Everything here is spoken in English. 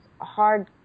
hard